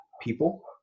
people